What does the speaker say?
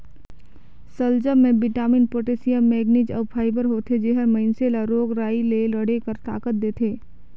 सलजम में vitamin, potassium, manganese अउ फाइबर होथे जेहर मइनसे ल रोग राई ले लड़े कर ताकत देथे